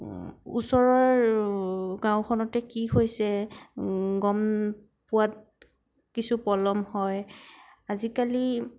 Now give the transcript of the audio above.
বা ওচৰৰ গাওঁখনতে কি হৈছে গম পোৱাত কিছু পলম হয় আজিকালি